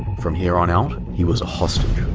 from here on out, he was a hostage.